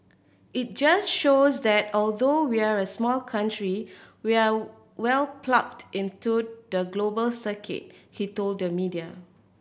it just shows that although we're a small country we're well plugged into the global circuit he told the media